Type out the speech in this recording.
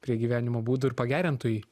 prie gyvenimo būdo ir pagerintų jį